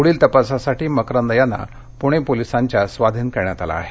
पुढील तपासासाठी मकरंद यांना पुणे पोलिसांच्या स्वाधीन करण्यात आलं आहे